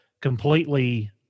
completely